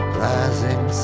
rising